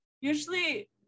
usually